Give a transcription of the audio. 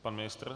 Pan ministr?